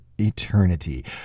eternity